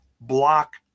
Block